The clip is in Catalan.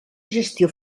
gestió